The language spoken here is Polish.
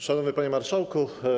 Szanowny Panie Marszałku!